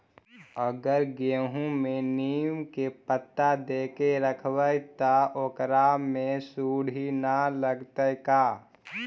अगर गेहूं में नीम के पता देके यखबै त ओकरा में सुढि न लगतै का?